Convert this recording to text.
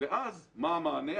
מה המענה?